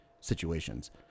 situations